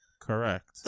Correct